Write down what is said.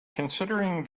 considering